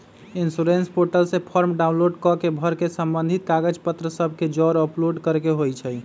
insurance portal से form download कऽ के भर के संबंधित कागज पत्र सभ के जौरे अपलोड करेके होइ छइ